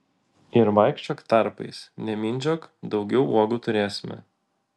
ir vaikščiok tarpais nemindžiok daugiau uogų turėsime